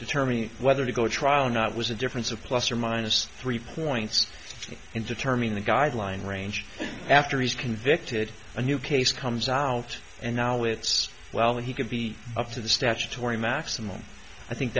determining whether to go to trial or not was a difference of plus or minus three points in determining the guideline range after he's convicted a new case comes out and now it's well he could be up to the statutory maximum i think